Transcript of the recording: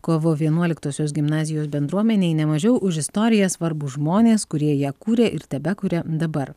kovo vienuoliktosios gimnazijos bendruomenei nemažiau už istoriją svarbūs žmonės kurie ją kūrė ir tebekuria dabar